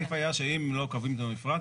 הסעיף היה שאם לא קובעים את המפרט,